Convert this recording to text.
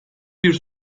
bir